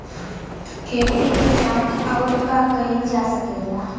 खेती के साथ अउर का कइल जा सकेला?